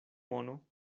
mono